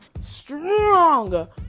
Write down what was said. strong